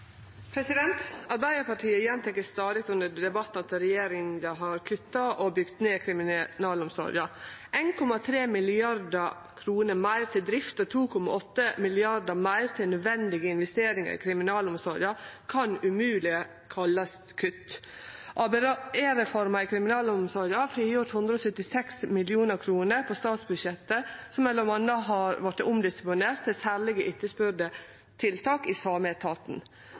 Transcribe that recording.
Arbeidarpartiet gjentek stadig i debatt at regjeringa har kutta og bygt ned kriminalomsorga. 1,3 mrd. kr meir til drift og 2,8 mrd. kr meir til nødvendige investeringar i kriminalomsorga kan umogleg kallast kutt. ABE-reforma i kriminalomsorga har frigjort 176 mill. kr på statsbudsjettet som m.a. har vorte omdisponert til særleg etterspurde tiltak i